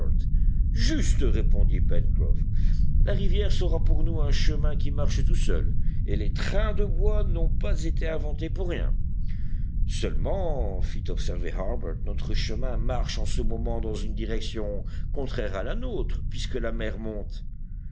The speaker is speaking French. juste répondit pencroff la rivière sera pour nous un chemin qui marche tout seul et les trains de bois n'ont pas été inventés pour rien seulement fit observer harbert notre chemin marche en ce moment dans une direction contraire à la nôtre puisque la mer monte